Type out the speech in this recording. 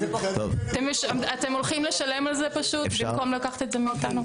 אתם הולכים לשלם על זה פשוט במקום לקחת את זה מאיתנו?